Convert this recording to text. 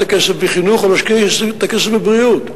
הכסף בחינוך או להשקיע את הכסף בבריאות?